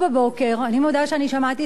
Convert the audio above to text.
אני מודה ששמעתי את זה כבר ב-06:00,